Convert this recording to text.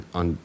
on